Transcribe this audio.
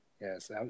yes